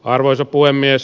arvoisa puhemies